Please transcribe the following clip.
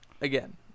again